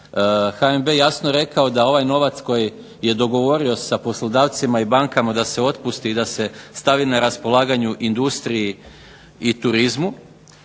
HNB jasno rekao da ovaj novac koji je dogovorio sa poslodavcima i bankama da se otpusti i da se stavi na raspolaganju industriji i turizmu,